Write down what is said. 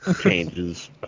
Changes